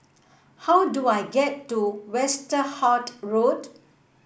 how do I get to Westerhout Road